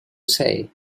say